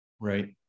Right